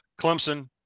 Clemson